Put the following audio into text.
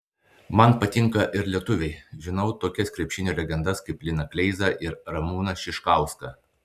man patinka ir lietuviai žinau tokias krepšinio legendas kaip liną kleizą ir ramūną šiškauską